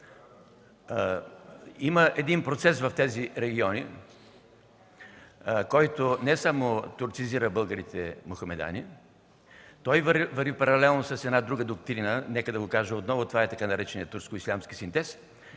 Има един процес в тези региони, който не само турцизира българите мохамедани, той върви паралелно с друга доктрина, нека да го кажа отново, това е така нареченият „турско-ислямски синтез”